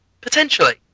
Potentially